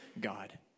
God